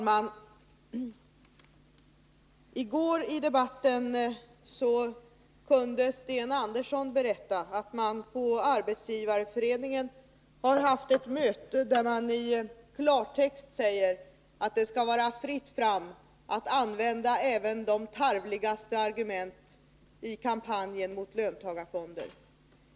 Herr talman! I debatten i går kunde Sten Andersson berätta att man på Arbetsgivareföreningen har haft ett möte, där man i klartext sade att det skall vara fritt fram att använda även de tarvligaste argument i kampanjen mot löntagarfonder.